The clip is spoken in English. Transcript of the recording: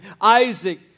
Isaac